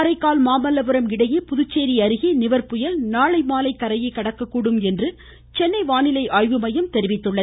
காரைக்கால் மாமல்லபுரம் இடையே புதுச்சேரி அருகே நிவர் புயல் நாளை மாலை கரையை கடக்கும் என்று சென்னை வானிலை ஆய்வு மையம் தெரிவித்துள்ளது